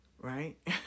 right